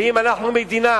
ואם אנחנו מדינה